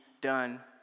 done